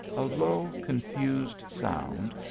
a low confused sound,